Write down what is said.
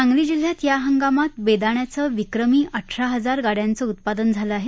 सांगली जिल्ह्यात या हंगामात बेदाण्याचं विक्रमी अठरा हजार गाड्यांचं उत्पादन झालं आहे